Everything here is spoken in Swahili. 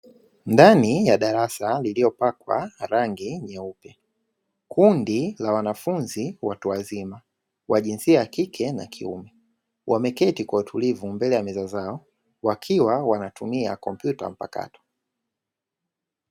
Ndani ya darasa lililopakwa rangi nyeupe. Kundi la wanafunzi watu wazima wa jinsia ya kike na kiume wameketi kwa utulivu mbele ya meza zao wakiwa wanatumia kompyuta mpakato.